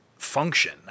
function